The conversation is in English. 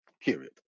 period